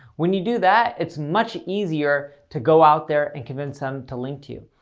when you do that, it's much easier to go out there and convince them to link to you.